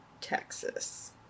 Texas